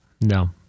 No